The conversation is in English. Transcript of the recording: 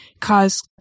cause